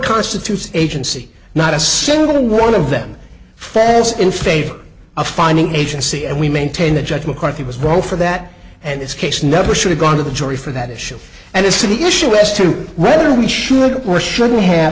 constitutes agency not a single one of them fails in favor of finding agency and we maintain that judge mccarthy was broke for that and this case never should have gone to the jury for that issue and as to the issue as to right or we should or shouldn't have